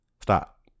Stop